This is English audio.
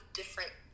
different